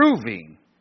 proving